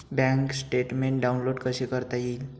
Bank statement download कसे करता येईल?